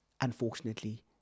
unfortunately